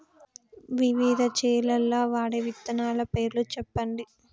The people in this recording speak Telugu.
వివిధ చేలల్ల వాడే విత్తనాల పేర్లు చెప్పండి?